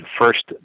First